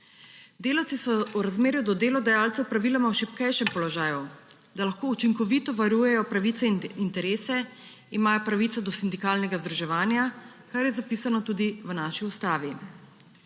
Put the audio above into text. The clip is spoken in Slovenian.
Delavci so v razmerju do delodajalcev praviloma v šibkejšem položaju. Da lahko učinkovito varujejo pravice in interese, imajo pravico do sindikalnega združevanja, kar je zapisano tudi v naši ustavi.